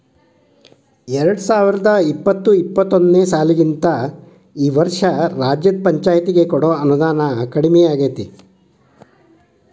ಎರ್ಡ್ಸಾವರ್ದಾ ಇಪ್ಪತ್ತು ಇಪ್ಪತ್ತೊಂದನೇ ಸಾಲಿಗಿಂತಾ ಈ ವರ್ಷ ರಾಜ್ಯದ್ ಪಂಛಾಯ್ತಿಗೆ ಕೊಡೊ ಅನುದಾನಾ ಕಡ್ಮಿಯಾಗೆತಿ